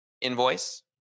invoice